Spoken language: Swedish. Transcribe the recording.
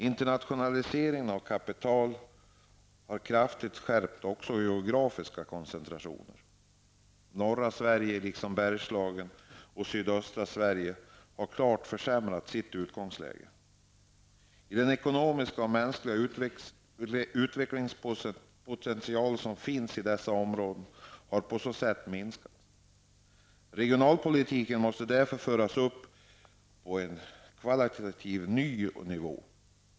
Internationaliseringen av kapitalet har krafigt skärpt också geografisk koncentration. Sverige, har klart fått ett försämrat utgångsläge. Den ekonomiska och mänskliga utvecklingspotential som finns i dessa omården har på så sätt minskats. Regionalpolitiken måste därför föras upp på en kvalitativ ny nivå.